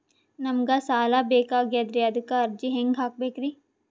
ನಮಗ ಸಾಲ ಬೇಕಾಗ್ಯದ್ರಿ ಅದಕ್ಕ ಅರ್ಜಿ ಹೆಂಗ ಹಾಕಬೇಕ್ರಿ?